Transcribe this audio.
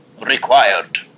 Required